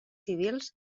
civils